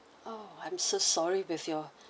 oh I'm so sorry with your